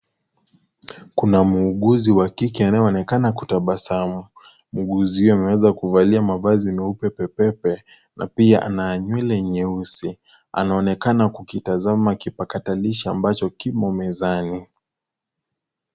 Kuna muuguzi wa kike anaonekana kutabasamu, muuguzi huyo ameweza kuvalia mavazi meupe pepepe na pia ana nywele nyeusi,.anaonekana kukitazama kipakatalishi ambacho kimo mezani.